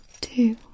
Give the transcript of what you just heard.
two